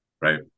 right